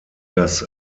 das